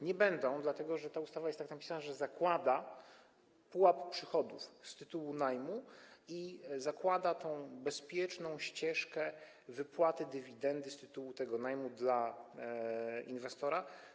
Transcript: Nie będą, dlatego że ta ustawa jest tak napisana, że zakłada pułap przychodów z tytułu najmu i zakłada tę bezpieczną ścieżkę wypłaty dywidendy z tytułu najmu dla inwestora.